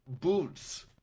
boots